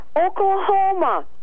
Oklahoma